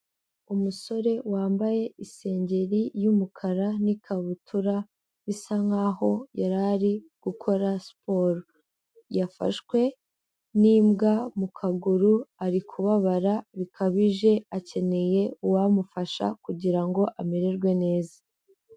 Umusore wambaye isengeri y'umukara n'ikabutura, bisa nk'aho yari ari gukora siporo. Yafashwe n'imbwa mu kaguru ari kubabara bikabije, akeneye uwamufasha kugira ngo amererwe neza.